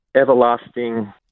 everlasting